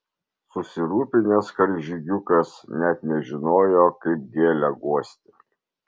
susirūpinęs karžygiukas net nežinojo kaip gėlę guosti